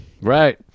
Right